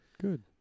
good